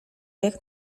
jak